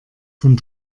von